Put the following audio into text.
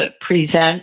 present